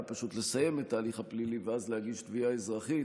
היה פשוט לסיים את ההליך הפלילי ואז להגיש תביעה אזרחית,